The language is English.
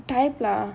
type lah